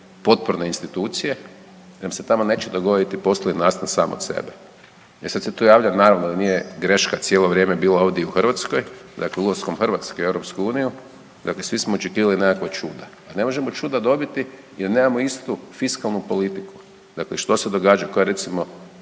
potporne institucije jer vam se tamo neće dogoditi poslovni nastan sam od sebe. E sad se tu javlja naravno da nije greška cijelo vrijeme bila ovdje i u Hrvatskoj, dakle ulaskom Hrvatske u EU dakle svi smo očekivali nekakva čuda, a ne možemo čuda dobiti jer nemamo istu fiskalnu politiku. Dakle, što se događa koja je recimo